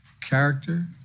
character